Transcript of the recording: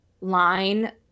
line